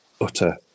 utter